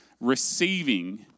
receiving